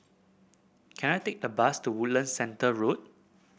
can I take a bus to Woodland Centre Road